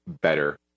better